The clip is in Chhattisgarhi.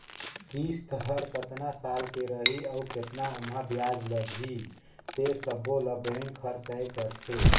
किस्त हर केतना साल के रही अउ केतना ओमहा बियाज लगही ते सबो ल बेंक हर तय करथे